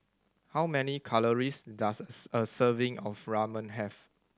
how many calories does a serving of Ramen have